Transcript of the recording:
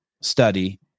study